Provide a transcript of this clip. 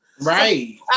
Right